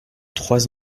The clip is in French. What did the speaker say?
trois